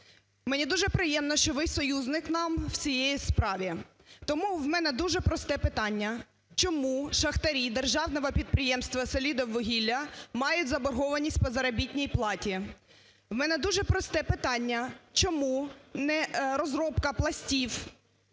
Мені дуже приємно, що ви союзник нам в цієї справі. Тому у мене дуже просте питання. Чому шахтарі Державного підприємства "Селидіввугілля" мають заборгованість по заробітній платі? В мене дуже просте питання. Чому розробка пластів,